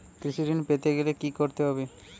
কৃষি ঋণ পেতে গেলে কি করতে হবে?